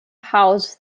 house